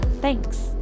Thanks